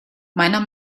meiner